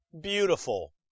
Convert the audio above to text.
beautiful